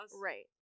Right